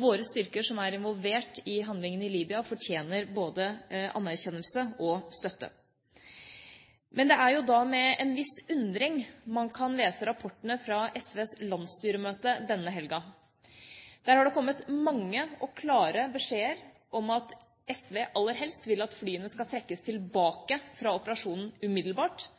Våre styrker som er involverte i handlingene i Libya, fortjener både anerkjennelse og støtte. Men det er jo med en viss undring man kan lese rapportene fra SVs landsstyremøte denne helgen. Der har det kommet mange og klare beskjeder om at SV aller helst vil at flyene skal trekkes tilbake fra operasjonen umiddelbart –